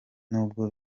nubwo